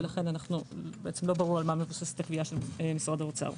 ולכן לא ברור לנו על מה מבוססת הקביעה של משרד האוצר.